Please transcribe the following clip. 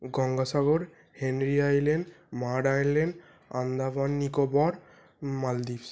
Gangasagar Henry island মাঢ island Andaman Nicobar মালদ্বীপ